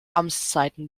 amtszeiten